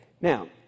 Now